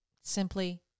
Simply